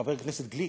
חבר הכנסת גליק,